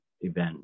event